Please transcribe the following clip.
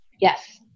Yes